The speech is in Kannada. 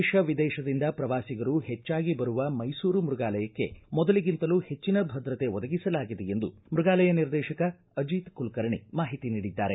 ದೇಶ ವಿದೇಶದಿಂದ ಪ್ರವಾಸಿಗರು ಹೆಜ್ಜಾಗಿ ಬರುವ ಮೈಸೂರು ಮೈಗಾಲಯಕ್ಕೆ ಮೊದಲಿಗಿಂತಲೂ ಹೆಜ್ವಿನ ಭದ್ರತೆ ಒದಗಿಸಲಾಗಿದೆ ಎಂದು ಮೃಗಾಲಯ ನಿರ್ದೇಶಕ ಅಜೆತ್ ಕುಲಕರ್ಣಿ ಮಾಹಿತಿ ನೀಡಿದ್ದಾರೆ